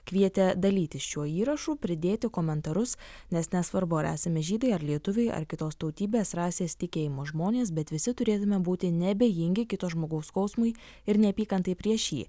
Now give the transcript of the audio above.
kvietė dalytis šiuo įrašu pridėti komentarus nes nesvarbu ar esame žydai ar lietuviai ar kitos tautybės rasės tikėjimo žmonės bet visi turėtume būti neabejingi kito žmogaus skausmui ir neapykantai prieš jį